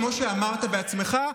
כמו שאמרת בעצמך,